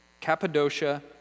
Cappadocia